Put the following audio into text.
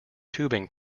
tubing